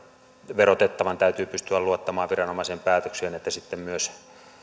verotettavan täytyy pystyä luottamaan viranomaisen päätöksiin että sitten myös